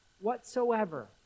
whatsoever